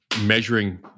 measuring